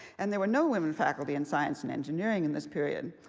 and there were no women faculty in science and engineering in this period.